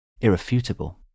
irrefutable